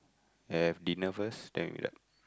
and have dinner first then we